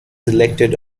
elected